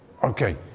Okay